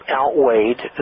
outweighed